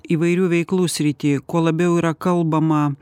įvairių veiklų srity kuo labiau yra kalbama